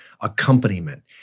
accompaniment